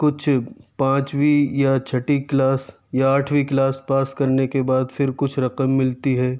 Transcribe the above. کچھ پانچویں یا چھٹی کلاس یا آٹھویں کلاس پاس کرنے کے بعد پھر کچھ رقم ملتی ہے